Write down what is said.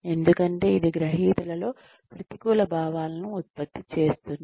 ఎందుకంటే ఇది గ్రహీతలలో ప్రతికూల భావాలను ఉత్పత్తి చేస్తుంది